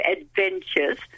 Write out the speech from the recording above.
adventures